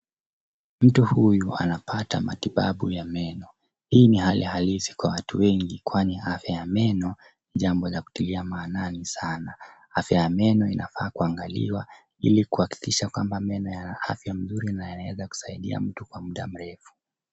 Mtu huyu anapata matibabu ya meno. Hii ni hali halisi kwa watu wengi kwani afya ya meno ni jambo la kutilia maanani sana. Afya ya meno inafaa kuangaliwa ili kuhakikisha kwamba meno yana afya mzuri na yanaweza kusaidia mtu kwa mda mrefu.